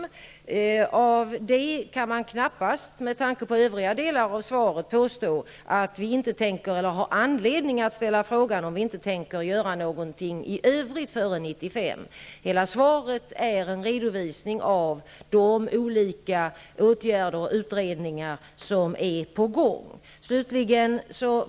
På grund av detta kan man knappast -- med tanke på övriga delar av svaret -- ha anledning att ställa frågan om vi inte tänker göra något i övrigt före 1995. Hela svaret är en redovisning av de olika åtgärder och utredningar som är på gång.